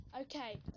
Okay